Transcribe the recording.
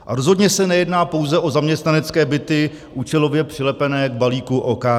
A rozhodně se nejedná pouze o zaměstnanecké byty účelově přilepené k balíku OKD.